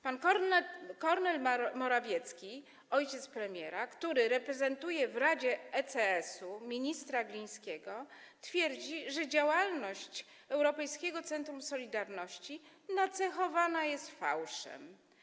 Pan Kornel Morawiecki - ojciec premiera - który reprezentuje w Radzie ECS ministra Glińskiego, twierdzi, że działalność Europejskiego Centrum Solidarności nacechowana jest fałszem.